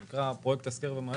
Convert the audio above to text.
זה נקרא פרויקט להשכיר ומהר,